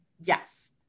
Yes